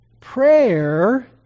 prayer